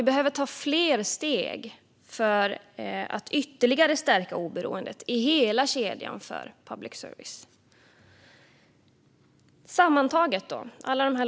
Vi behöver ta fler steg för att ytterligare stärka oberoendet för public service i hela kedjan.